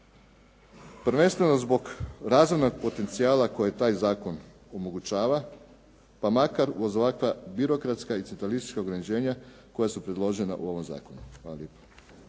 prvenstveno zbog razumnog potencijala koje taj zakon omogućava pa makar uz ovakva birokratska i centralistička ograničenja koja su predložena u ovom zakonu. Hvala lijepo.